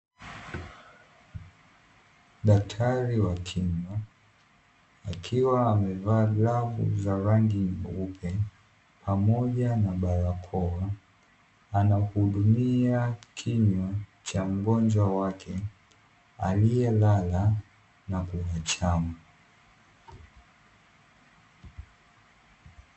Daktari wa kinywa, akiwa amevaa glavu za rangi nyeupe pamoja na barakoa, anahudumia kinywa cha mgonjwa wake, aliyelala na kuachama.